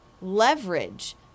Leverage